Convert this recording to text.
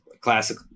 classic